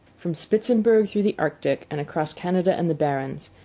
from spitzbergen through the arctic, and across canada and the barrens,